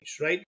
right